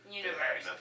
universe